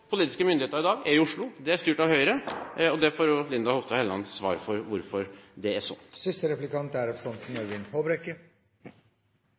politiske myndigheter i dag, er i Oslo, som er styrt av Høyre. Linda C. Hofstad Helleland får svare for hvorfor det er slik. Først vil jeg bemerke at det er første gang i løpet av de siste